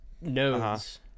nodes